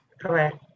Correct